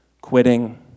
quitting